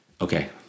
Okay